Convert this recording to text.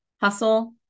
hustle